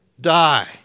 die